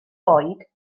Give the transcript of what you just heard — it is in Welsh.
oed